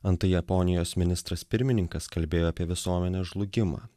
antai japonijos ministras pirmininkas kalbėjo apie visuomenės žlugimą